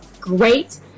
great